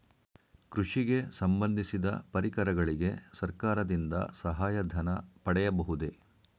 ಕೃಷಿಗೆ ಸಂಬಂದಿಸಿದ ಪರಿಕರಗಳಿಗೆ ಸರ್ಕಾರದಿಂದ ಸಹಾಯ ಧನ ಪಡೆಯಬಹುದೇ?